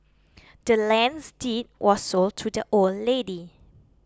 the land's deed was sold to the old lady